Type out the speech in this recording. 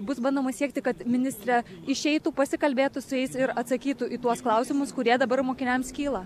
bus bandoma siekti kad ministrė išeitų pasikalbėtų su jais ir atsakytų į tuos klausimus kurie dabar mokiniams kyla